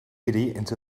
into